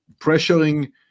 pressuring